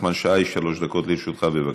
חבר הכנסת נחמן שי, שלוש דקות לרשותך, בבקשה.